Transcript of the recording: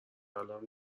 الان